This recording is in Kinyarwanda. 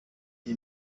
iyi